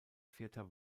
vierter